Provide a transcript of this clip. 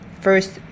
first